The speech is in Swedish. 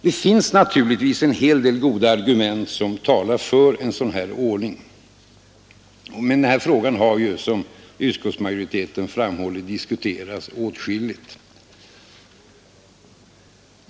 Det finns naturligtvis en hel del goda argument som talar för en sådan ordning, men den här frågan har ju, som utskottsmajoriteten framhåller, diskuterats åtskilligt.